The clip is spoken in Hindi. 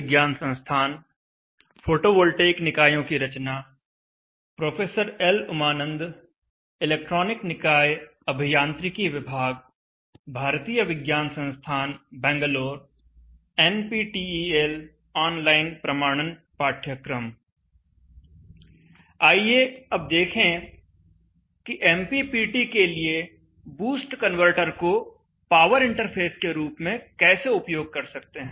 आइए अब देखें कि एमपीपीटी के लिए बूस्ट कन्वर्टर को पावर इंटरफ़ेस के रूप में कैसे उपयोग कर सकते हैं